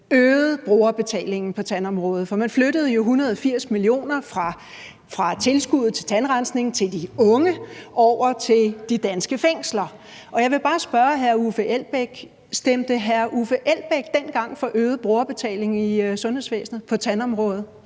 øgede brugerbetalingen på tandområdet, for man flyttede jo 180 mio. kr. fra tilskuddet til tandrensning til de unge over til de danske fængsler. Og jeg vil bare spørge hr. Uffe Elbæk: Stemte hr. Uffe Elbæk for øget brugerbetaling i sundhedsvæsenet på tandområdet,